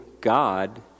God